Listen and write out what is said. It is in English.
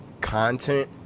content